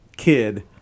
Kid